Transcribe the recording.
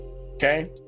Okay